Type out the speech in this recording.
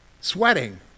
sweating